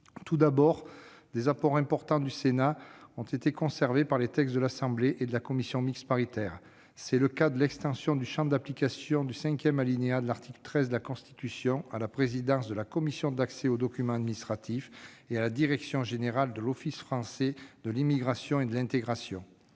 Tout d'abord, les apports importants du Sénat ont été conservés par l'Assemblée nationale et la commission mixte paritaire. C'est le cas de l'extension du champ d'application du cinquième alinéa de l'article 13 de la Constitution à la présidence de la Commission d'accès aux documents administratifs (CADA) et à la direction générale de l'Office français de l'immigration et de l'intégration